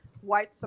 white